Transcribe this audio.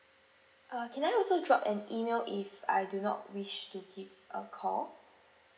uh can I also drop an email if I do not wish to give a call